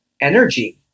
energy